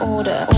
Order